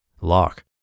lock